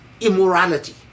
immorality